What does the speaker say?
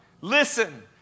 Listen